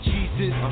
Jesus